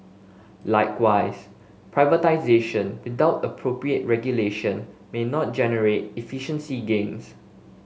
likewise privatisation without appropriate regulation may not generate efficiency gains